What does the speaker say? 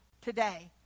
today